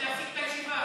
יש להפסיק את הישיבה.